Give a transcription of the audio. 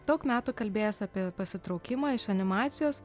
daug metų kalbėjęs apie pasitraukimą iš animacijos